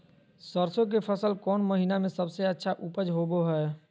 सरसों के फसल कौन महीना में सबसे अच्छा उपज होबो हय?